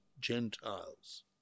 Gentiles